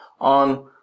on